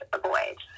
avoid